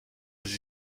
sie